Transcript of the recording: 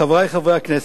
חברי חברי הכנסת,